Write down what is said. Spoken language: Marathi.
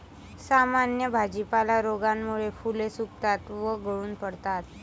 सामान्य भाजीपाला रोगामुळे फुले सुकतात व गळून पडतात